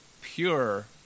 pure